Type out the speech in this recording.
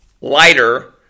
lighter